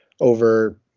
over